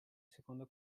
secondo